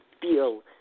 feel